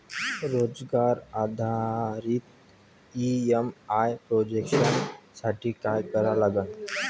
रोजगार आधारित EMI projection साठी का करा लागन?